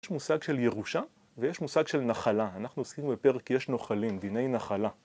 יש מושג של ירושה ויש מושג של נחלה, אנחנו עוסקים בפרק יש נוחלים, דיני נחלה